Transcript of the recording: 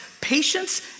Patience